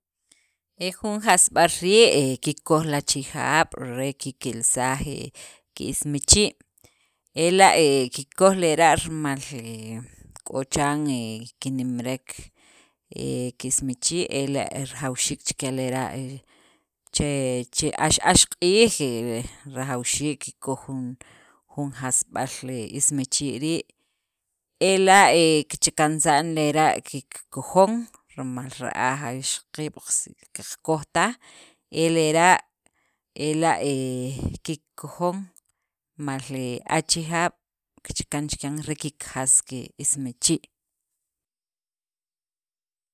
E jun jasb'al rii' he kikoj li achejaab' re kikelsaj he kismichii', ela' he kikoj lera' rimal he k'o chiran he kinemrek he ke ismichii', ela' rajawxiik chikya lera', he che che ax ax q'iij he rajawxiik kikkoj jun jasb'al ismichii' rii', ela' he kichakansa'n lera' kikojon, rimal ra'aj aj ixqiib' qakoj taj e lera' ela' he kikojon mal achejaab' kichakan chikyan re kikjas kismichii'.